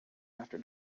after